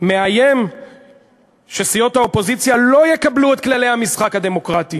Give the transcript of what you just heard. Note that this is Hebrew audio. מאיים שסיעות האופוזיציה לא יקבלו את כללי המשחק הדמוקרטי